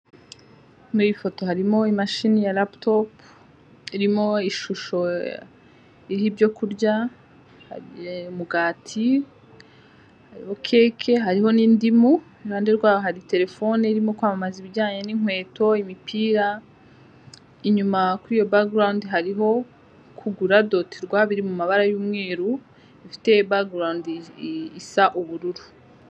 Muri iyi foto harimo imashini ya laptop, irimo ishusho y'ibyo kurya, umugati wa keke harimh n'indimu, iruhande rwaho hari telefone irimo kwamamaza ibijyanye n'inkweto, imipira, inyuma kuri iyo bagarawundi hariho kugura doti rwa biri mu mabara y'umweru ifite bagarawundi isa ubururu.